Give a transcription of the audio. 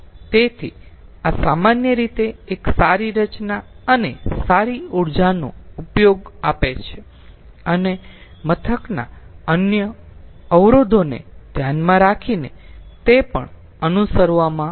તેથી આ સામાન્ય રીતે એક સારી રચના અને સારી ઊર્જાનો ઉપયોગ આપે છે અને મથકના અન્ય અવરોધોને ધ્યાનમાં રાખીને તે પણ અનુસરવામાં આવે છે